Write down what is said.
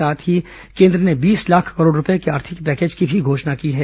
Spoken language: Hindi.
साथ ही केन्द्र ने बीस लाख करोड रूपये के आर्थिक पैकेज की घोषणा भी की है